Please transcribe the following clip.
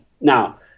now